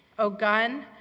oh, gun,